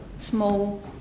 small